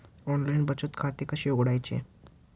Online बचत खाते कसे उघडायचे?